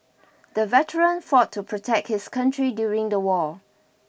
the veteran fought to protect his country during the war